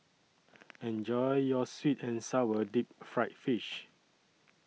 Enjoy your Sweet and Sour Deep Fried Fish